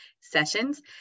sessions